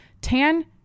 Tan